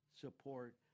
support